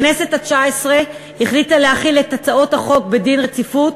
הכנסת התשע-עשרה החליטה להחיל על הצעות החוק דין רציפות,